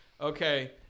Okay